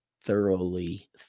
thoroughly